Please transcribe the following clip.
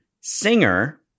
singer